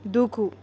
దూకు